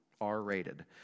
R-rated